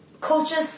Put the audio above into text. coaches